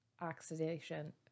oxidation